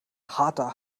harter